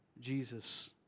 Jesus